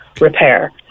repair